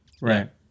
Right